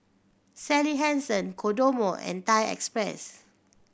Sally Hansen Kodomo and Thai Express